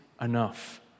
enough